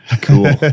Cool